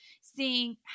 seeing